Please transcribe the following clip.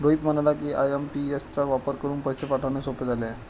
रोहित म्हणाला की, आय.एम.पी.एस चा वापर करून पैसे पाठवणे सोपे झाले आहे